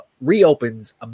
reopens